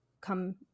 come